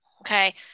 okay